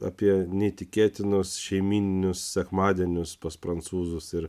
apie neįtikėtinus šeimyninius sekmadienius pas prancūzus ir